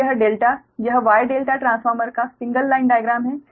और यह ∆ यह Y ∆ ट्रांसफार्मर का सिंगल लाइन डाइग्राम है